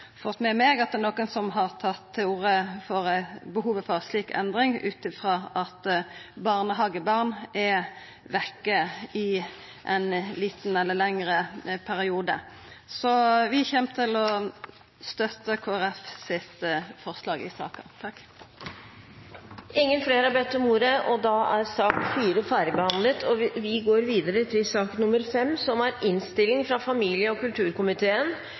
fått med meg at det er nokon som har tatt til orde for behovet for ei slik endring ut frå at barnehagebarn er vekke ein liten eller lengre periode, så vi kjem til å støtta Kristeleg Folkeparti sitt forslag i saka. Flere har ikke bedt om ordet til sak nr. 4. Etter ønske fra familie- og kulturkomiteen